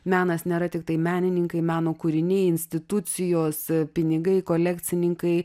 menas nėra tiktai menininkai meno kūriniai institucijos pinigai kolekcininkai